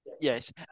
Yes